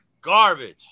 Garbage